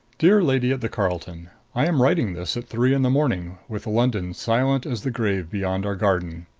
dear lady at the carlton i am writing this at three in the morning, with london silent as the grave, beyond our garden.